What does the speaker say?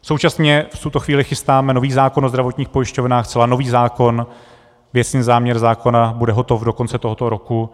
Současně v tuto chvíli chystáme nový zákon o zdravotních pojišťovnách, zcela nový zákon, věcný záměr zákona bude hotov do konce tohoto roku.